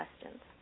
questions